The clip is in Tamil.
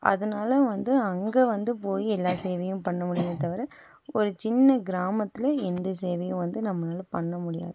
அதனால வந்து அங்கே வந்து போய் எல்லாம் சேவையும் பண்ண முடியுமே தவிர ஒரு சின்ன கிராமத்தில் எந்த சேவையும் வந்து நம்மனால பண்ண முடியாது